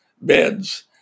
beds